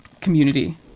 community